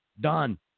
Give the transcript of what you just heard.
Done